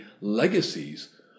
legacies